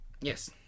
Yes